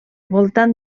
voltant